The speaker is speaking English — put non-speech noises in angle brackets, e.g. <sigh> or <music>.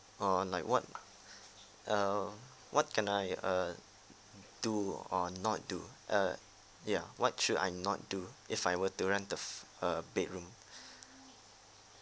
or like what err what can I err do or not do uh ya what should I not do if I were to rent the fi~ a bedroom <breath>